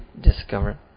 discover